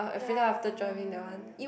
ya ya ya ya ya ya